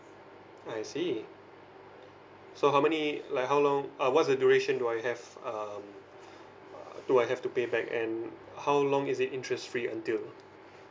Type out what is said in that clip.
I see so how many like how long uh what's the duration do I have um uh do I have to pay back and how long is it interest free until